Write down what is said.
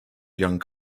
young